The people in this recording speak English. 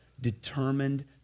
determined